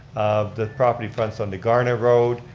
the property front's on the garner road,